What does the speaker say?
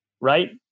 Right